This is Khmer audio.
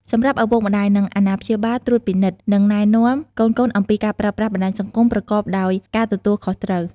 សម្រាប់ឪពុកម្តាយ និងអាណាព្យាបាល ត្រួតពិនិត្យ និងណែនាំ កូនៗអំពីការប្រើប្រាស់បណ្តាញសង្គមប្រកបដោយការទទួលខុសត្រូវ។